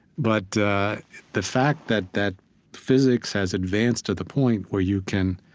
but the fact that that physics has advanced to the point where you can